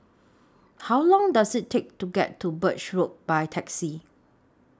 How Long Does IT Take to get to Birch Road By Taxi